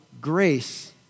grace